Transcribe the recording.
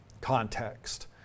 context